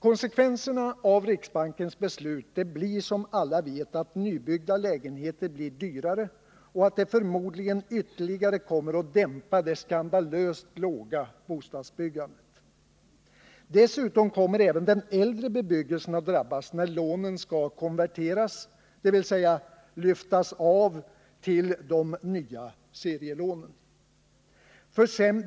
Konsekvenserna av riksbankens beslut blir som alla vet att nybyggda lägenheter blir dyrare och att det förmodligen ytterligare kommer att dämpa det skandalöst låga bostadsbyggandet. Dessutom kommer även den äldre bebyggelsen att drabbas, när lånen skall konverteras, dvs. lyftas av till de nya serielånen.